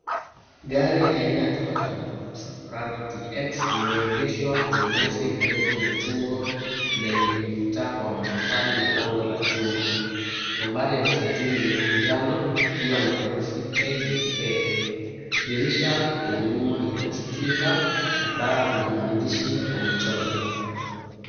Gari aina ya Toyota Landcruiser Prado Tx limeegeshwa kwenye nyasi karibu na jengo lenye ukuta wa matofali na lango la chuma. Nambari ya usajili ni ya njano ikiwa na herufi KDK , dirisha la nyuma lina sticke r kadhaa lenye maandishi na michoro.